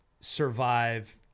survive